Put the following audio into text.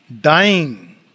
Dying